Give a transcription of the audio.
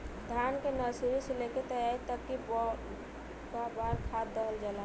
धान के नर्सरी से लेके तैयारी तक कौ बार खाद दहल जाला?